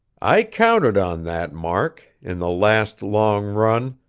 i counted on that, mark in the last, long run,